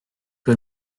que